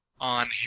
on